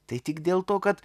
tai tik dėl to kad